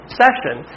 session